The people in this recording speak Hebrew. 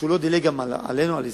שלא דילג על ישראל,